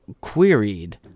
queried